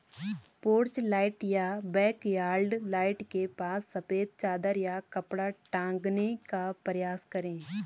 porch light या backyard light के पास सफेद चादर या कपड़ा टांगने का प्रयास करें